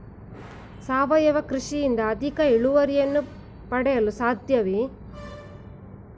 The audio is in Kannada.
ಸಾವಯವ ಕೃಷಿಯಿಂದ ಅಧಿಕ ಇಳುವರಿಯನ್ನು ಪಡೆಯಲು ಸಾಧ್ಯವೇ?